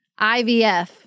IVF